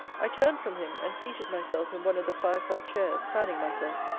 i turned from him, and seated myself in one of the fireside chairs, fanning myself.